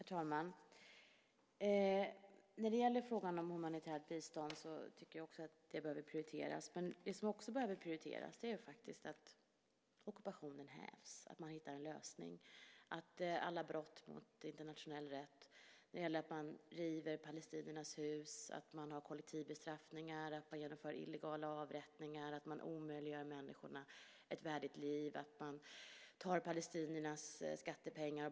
Herr talman! Jag tycker också att frågan om humanitärt bistånd behöver prioriteras. Men det som också behöver prioriteras är frågan om att häva ockupationen och att man hittar en lösning på den frågan och att man kommer till rätta med alla brott mot internationell rätt som till exempel handlar om att man river palestiniernas hus, att man har kollektiva bestraffningar, att man genomför illegala avrättningar, att man omöjliggör ett värdigt liv för människorna och att man beslagtar palestiniernas skattepengar.